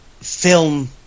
film